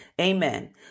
Amen